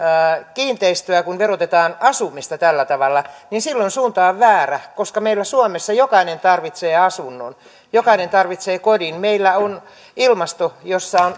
kiinteistöä kun verotetaan asumista tällä tavalla niin suunta on väärä koska meillä suomessa jokainen tarvitsee asunnon jokainen tarvitsee kodin meillä on ilmasto jossa on